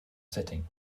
sitting